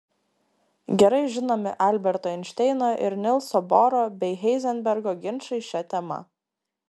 gerai žinomi alberto einšteino ir nilso boro bei heizenbergo ginčai šia tema